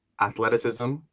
athleticism